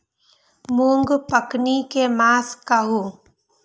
मूँग पकनी के मास कहू?